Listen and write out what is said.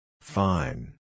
Fine